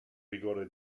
rigore